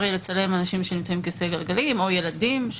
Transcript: יהיה לצלם אנשים שנמצאים על כיסא גלגלים או ילדים.